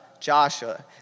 Joshua